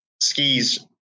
skis